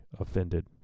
offended